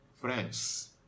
friends